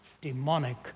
demonic